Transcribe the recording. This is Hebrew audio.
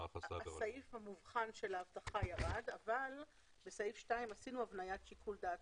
הסעיף המובחן של האבטחה ירד אבל בסעיף 2(א)(2) עשינו הבניית שיקול דעת.